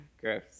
gross